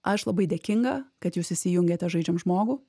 aš labai dėkinga kad jūs įsijungiate žaidžiam žmogų